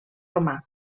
romà